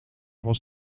was